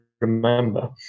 remember